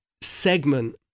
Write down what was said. segment